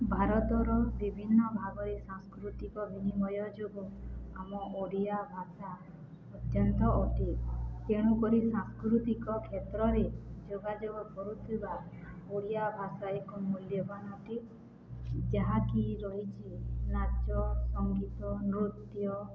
ଭାରତର ବିଭିନ୍ନ ଭାବରେ ସାଂସ୍କୃତିକ ବିନିମୟ ଯୋଗ ଆମ ଓଡ଼ିଆ ଭାଷା ଅତ୍ୟନ୍ତ ଅଟେ ତେଣୁକରି ସାଂସ୍କୃତିକ କ୍ଷେତ୍ରରେ ଯୋଗାଯୋଗ କରୁଥିବା ଓଡ଼ିଆ ଭାଷା ଏକ ମୂଲ୍ୟବାନ ଅଟେ ଯାହାକି ରହିଛି ନାଚ ସଙ୍ଗୀତ ନୃତ୍ୟ